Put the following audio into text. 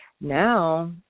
now